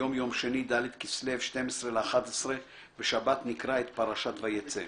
היום יום שני ד' כסלו 12.11. בשבת נקרא את פרשת ויצא.